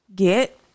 get